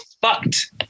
fucked